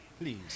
Please